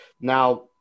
now